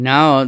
Now